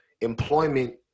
employment